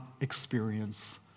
experience